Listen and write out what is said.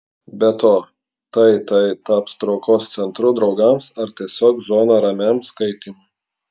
be to tai tai taps traukos centru draugams ar tiesiog zona ramiam skaitymui